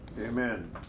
Amen